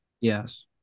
Yes